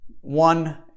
one